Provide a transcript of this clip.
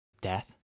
death